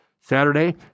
Saturday